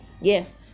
Yes